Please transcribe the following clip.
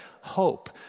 hope